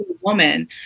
woman